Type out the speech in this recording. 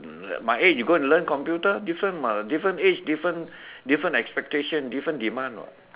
mm my age you go and learn computer different [what] different age different different expectation different demand [what]